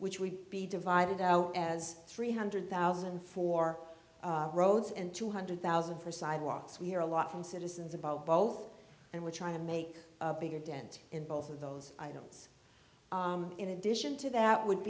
which would be divided as three hundred thousand for roads and two hundred thousand for sidewalks we hear a lot from citizens about both and we're trying to make a bigger dent in both of those items in addition to that would